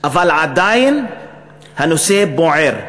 אבל עדיין הנושא בוער.